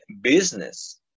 business